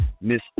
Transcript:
Miss